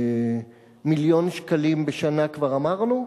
ומיליון שקלים בשנה כבר אמרנו?